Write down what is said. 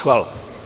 Hvala.